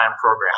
program